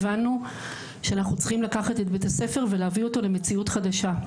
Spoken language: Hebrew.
הבנו שאנחנו צריכים לקחת את בית הספר ולהביא אותו למציאות חדשה.